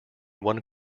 one